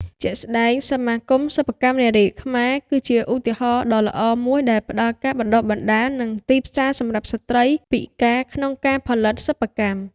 ជាក់ស្ដែង សមាគមសិប្បកម្មនារីខ្មែរ គឺជាឧទាហរណ៍ដ៏ល្អមួយដែលផ្តល់ការបណ្តុះបណ្តាល និងទីផ្សារសម្រាប់ស្ត្រីពិការក្នុងការផលិតសិប្បកម្ម។